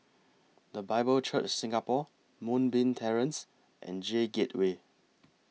The Bible Church Singapore Moonbeam Terrace and J Gateway